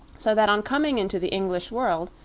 so that on coming into the english world,